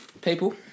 People